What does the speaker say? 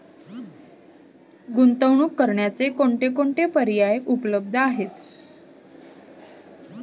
गुंतवणूक करण्याचे कोणकोणते पर्याय उपलब्ध आहेत?